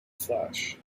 flash